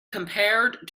compared